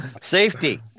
safety